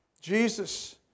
Jesus